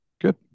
good